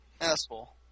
asshole